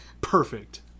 Perfect